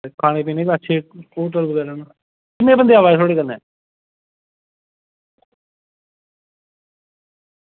ते खाने पीने गी बी अच्छे होटल बगैरा न किन्ने बंदे आवै दे थुआढ़े कन्नै